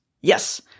Yes